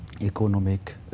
economic